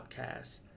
podcast